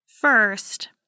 First